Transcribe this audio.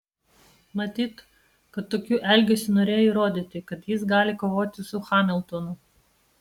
matyt kad tokiu elgesiu norėjo įrodyti kad jis gali kovoti su hamiltonu